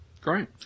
Great